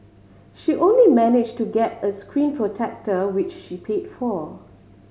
she only manage to get a screen protector which she paid for